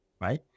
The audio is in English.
right